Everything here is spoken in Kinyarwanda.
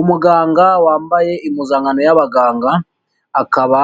Umuganga wambaye impuzankano y'abaganga, akaba